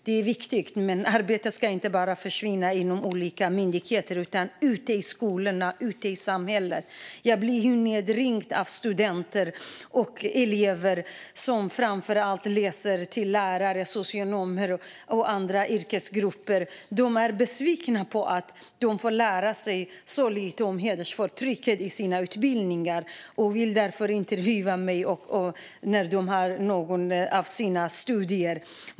Det är viktigt, men arbetet ska inte bara försvinna inom olika myndigheter utan ska ut i skolorna och ut i samhället. Jag blir nedringd av studenter och elever som framför allt läser till lärare, socionomer och andra yrkesgrupper. De är besvikna på att de får lära sig så lite om hedersförtryck i sina utbildningar och vill därför intervjua mig i sina studier.